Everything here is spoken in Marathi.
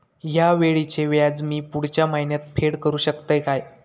हया वेळीचे व्याज मी पुढच्या महिन्यात फेड करू शकतय काय?